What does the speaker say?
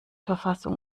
verfassung